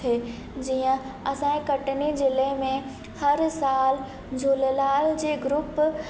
थिए जीअं असांजे कटनी ज़िले में हर सालु झूलेलाल जे ग्रुप